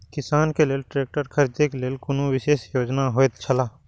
किसान के लेल ट्रैक्टर खरीदे के लेल कुनु विशेष योजना होयत छला?